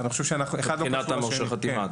מבחינת מורשי החתימה?